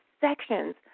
sections